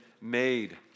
made